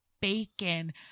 bacon